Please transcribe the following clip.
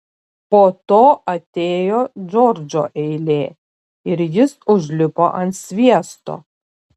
po to atėjo džordžo eilė ir jis užlipo ant sviesto